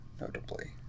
notably